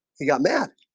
he got mad